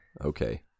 Okay